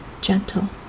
gentle